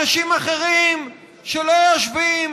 אנשים אחרים שלא יושבים